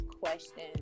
question